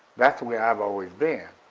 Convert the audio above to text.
thatis the way i've always been.